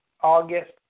August